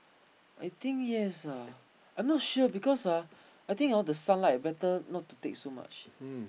I think yes ah I'm not sure because ah I think hor the sunlight better not to take so much